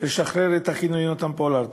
לשחרר את אחינו יונתן פולארד.